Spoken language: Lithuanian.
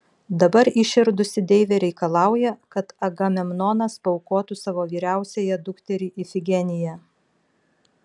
dabar įširdusi deivė reikalauja kad agamemnonas paaukotų savo vyriausiąją dukterį ifigeniją